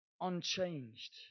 unchanged